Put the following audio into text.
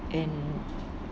and